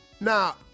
Now